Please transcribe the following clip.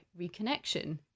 reconnection